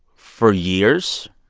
for years,